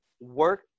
work